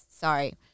Sorry